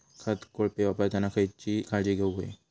खत कोळपे वापरताना खयची काळजी घेऊक व्हयी?